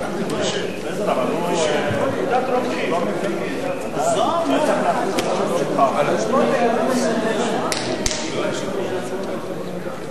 אנחנו לא משנים הצבעות, חבר הכנסת כבל.